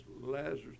Lazarus